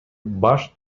баш